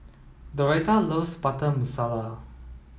Doretha loves Butter Masala